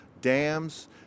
dams